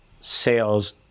sales